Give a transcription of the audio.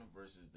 versus